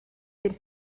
dem